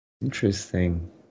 interesting